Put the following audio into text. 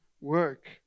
work